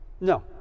No